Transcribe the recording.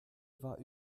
war